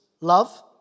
Love